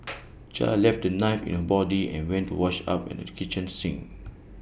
char left the knife in her body and went to wash up at the kitchen sink